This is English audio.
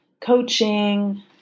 coaching